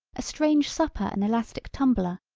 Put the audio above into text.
a strange supper an elastic tumbler,